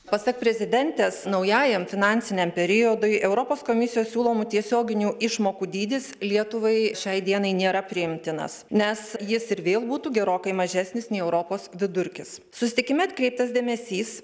pasak prezidentės naujajam finansiniam periodui europos komisijos siūlomų tiesioginių išmokų dydis lietuvai šiai dienai nėra priimtinas nes jis ir vėl būtų gerokai mažesnis nei europos vidurkis susitikime atkreiptas dėmesys